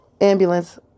Ambulance